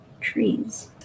trees